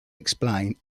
explain